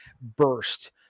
burst